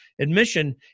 Admission